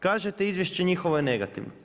Kažete izvješće njihovo je negativno.